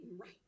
right